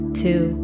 two